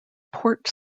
port